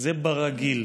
זה ברגיל.